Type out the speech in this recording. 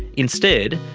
instead,